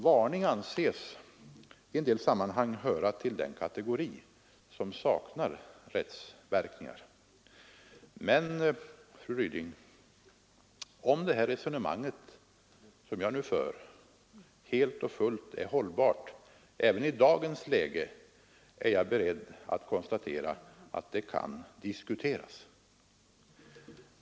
Varning anses i en del sammanhang höra till den kategori som saknar rättsverkningar. Men jag är beredd att konstatera, fru Ryding, att det kan diskuteras om det resonemang som jag nu för helt och fullt är hållbart även i dagens läge.